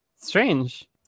Strange